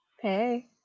Hey